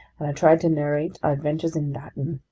and i tried to narrate our adventures in latin.